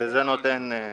זה נותן מענה